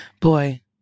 Boy